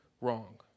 wrong